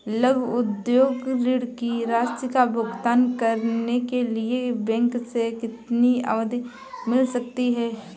लघु उद्योग ऋण की राशि का भुगतान करने के लिए बैंक से कितनी अवधि मिल सकती है?